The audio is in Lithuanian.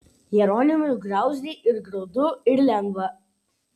jeronimui griauzdei ir graudu ir lengva